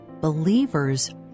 Believers